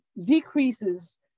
decreases